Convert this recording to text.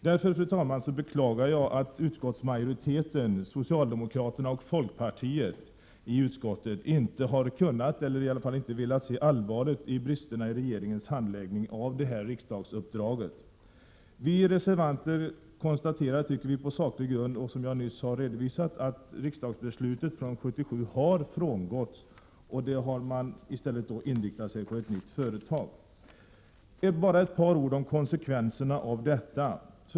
Därför, fru talman, beklagar jag att utskottsmajoriteten, socialdemokraterna och folkpartiet, inte kunnat eller velat se allvarligt på bristerna i regeringens handläggning av detta riksdagens uppdrag. Vi reservanter konstaterar, som vi tycker på saklig grund, som jag nyss redovisat, att riksdagsbeslutet från 1977 har frångåtts och att man i stället inriktat sig på detta nya företag. Bara ett par ord om konsekvenserna av detta.